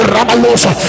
Ramalosa